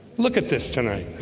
look at this tonight